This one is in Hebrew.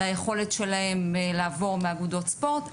ליכולת שלהם לעבור בין אגודות ספורט,